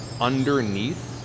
underneath